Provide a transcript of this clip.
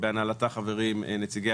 בהנהלתה חברים נציגי